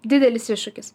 didelis iššūkis